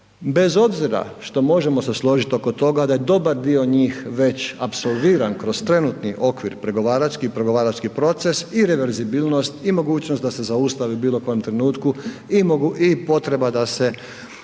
bez obzira što se možemo složiti oko toga da je dobar dio njih već apsolviran kroz trenutni okvir pregovarački, pregovarački proces i reverzibilnost i mogućnost da se zaustavi u bilo kom trenutku i potreba da se